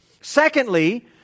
Secondly